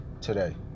today